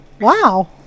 Wow